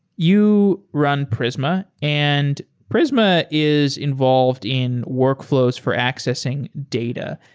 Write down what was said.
you run prisma, and prisma is involved in workflows for accessing data.